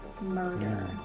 murder